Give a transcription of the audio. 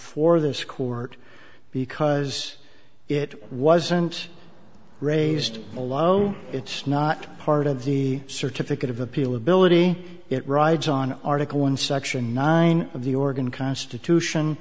before this court because it wasn't raised alone it's not part of the certificate of appeal ability it rides on article one section nine of the organ constitution